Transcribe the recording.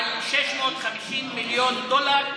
על 650 מיליון דולר,